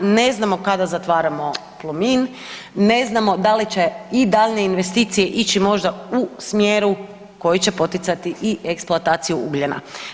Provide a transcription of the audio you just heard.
Ne znamo kada zatvaramo Plomin, ne znamo da li će i daljnje investicije ići možda u smjeru koji će poticati i eksploataciju ugljena.